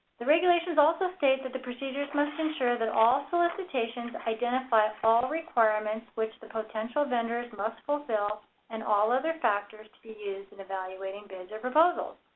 the regulations also state that the procedures must ensure that all solicitations identify all requirements which the potential vendors must fulfill and all other factors to be used in evaluating bids or proposals.